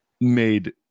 made